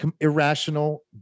irrational